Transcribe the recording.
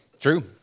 True